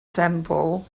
temple